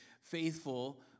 faithful